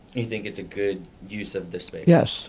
you think it's a good use of the space? yes